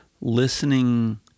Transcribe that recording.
listening